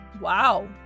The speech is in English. wow